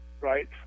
right